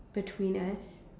between us